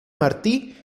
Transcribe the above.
martí